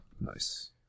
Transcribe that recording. Nice